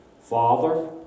Father